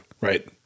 right